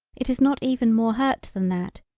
it is not even more hurt than that,